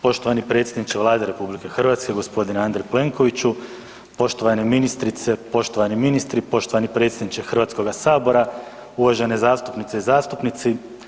Poštovani predsjedniče Vlade RH g. Andrej Plenkoviću, poštovane ministrice, poštovani ministri, poštovani predsjedniče HS-a, uvažene zastupnice i zastupnici.